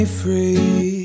free